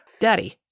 daddy